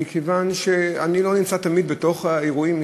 מכיוון שאני לא נמצא תמיד בתוך האירועים.